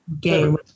game